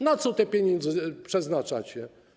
Na co te pieniądze przeznaczacie?